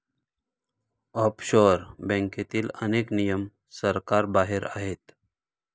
offshore बँकेतील अनेक नियम सरकारबाहेर आहेत